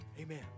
Amen